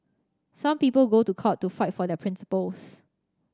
some people go to court to fight for their principles